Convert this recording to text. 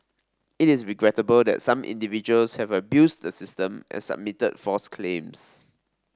it is regrettable that some individuals have abused the system and submitted false claims